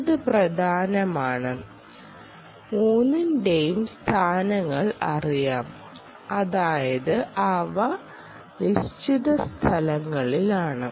അത് പ്രധാനമാണ് 3 ൻറേയും സ്ഥാനങ്ങൾ അറിയാം അതായത് അവ നിശ്ചിത സ്ഥാനങ്ങളിലാണ്